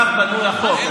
כך בנוי החוק.